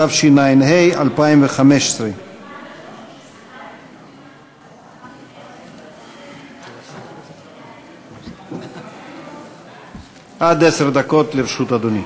התשע"ה 2015. עד עשר דקות לרשות אדוני.